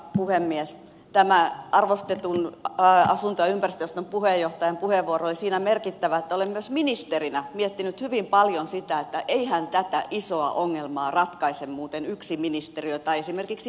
tämä arvostetun asunto ja ympäristöjaoston puheenjohtajan puheenvuoro oli siinä merkittävä että minä myös olen ministerinä miettinyt hyvin paljon sitä että eihän tätä isoa ongelmaa ratkaise muuten yksi ministeriö tai esimerkiksi yksin valtio